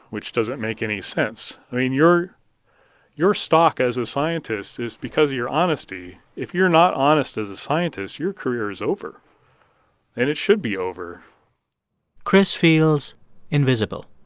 which doesn't make any sense. i mean, your your stock as a scientist is because of your honesty. if you're not honest as a scientist, your career is over and it should be over chris feels invisible.